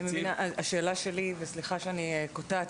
סליחה שאני קוטעת,